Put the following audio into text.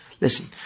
Listen